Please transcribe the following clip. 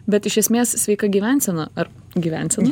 bet iš esmės sveika gyvensena ar gyvensena